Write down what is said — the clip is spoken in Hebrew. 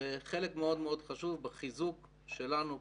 זה חלק מאוד מאוד חשוב בחיזוק שלנו,